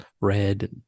red